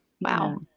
Wow